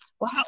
Wow